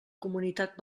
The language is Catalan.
comunitat